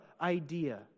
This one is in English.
idea